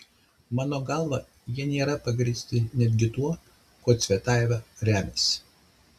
mano galva jie nėra pagrįsti netgi tuo kuo cvetajeva remiasi